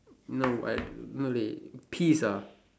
no I no dey peas ah